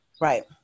right